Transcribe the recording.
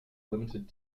limited